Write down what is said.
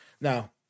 Now